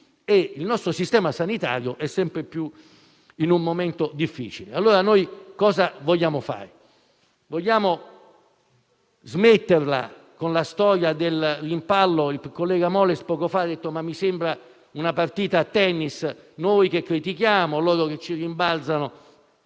il nostro sistema sanitario è sempre più in un momento difficile. Cosa vogliamo fare? Vogliamo smetterla con la storia del rimpallo. Il collega Moles poco fa ha detto che gli sembra una partita a tennis: noi che critichiamo, la maggioranza che ci rimbalza